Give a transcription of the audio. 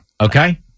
Okay